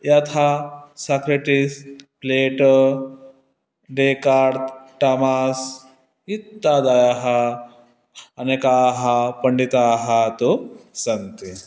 यथा साक्रेटीस् प्लेटे Descartes Thomas इत्यादायः अनेकाः पण्डिताः तु सन्ति